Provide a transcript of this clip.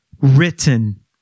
written